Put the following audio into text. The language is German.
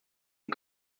die